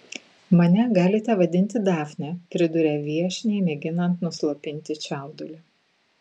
mane galite vadinti dafne priduria viešniai mėginant nuslopinti čiaudulį